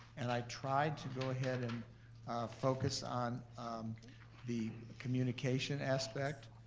and i tried to go ahead and focus on the communication aspect,